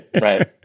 right